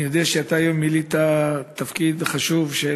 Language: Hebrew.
אני יודע שאתה היום מילאת תפקיד חשוב של